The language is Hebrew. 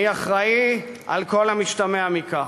"אני אחראי", על כל המשתמע מכך.